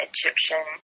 Egyptian